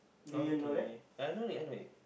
okay I know it I know it